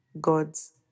God's